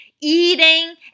eating